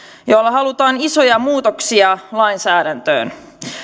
joilla halutaan isoja muutoksia lainsäädäntöön